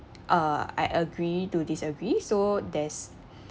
uh I agree to disagree so there's